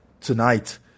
tonight